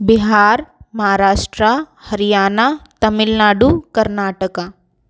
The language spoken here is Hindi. बिहार महाराष्ट्र हरियाणा तमिलनाडु कर्नाटक